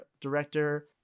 director